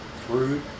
fruit